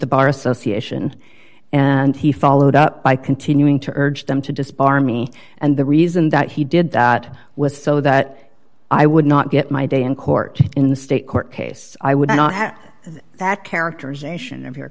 the bar association and he followed up by continuing to urge them to disbar me and the reason that he did that was so that i would not get my day in court in the state court case i would not have that characterization of